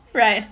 right